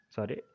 Sorry